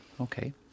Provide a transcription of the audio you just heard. Okay